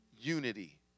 unity